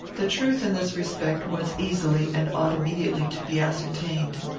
the truth, in this respect, was easily and ought immediately to be ascertained.